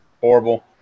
horrible